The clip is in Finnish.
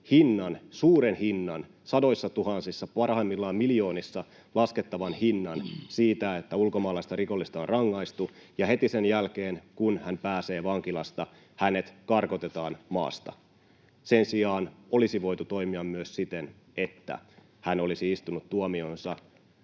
suuren hinnan — sadoissatuhansissa, parhaimmillaan miljoonissa, laskettavan hinnan — siitä, että ulkomaalaista rikollista on rangaistu, ja heti sen jälkeen, kun hän pääsee vankilasta, hänet karkotetaan maasta. Sen sijaan olisi voitu toimia myös siten, että hän olisi istunut tuomionsa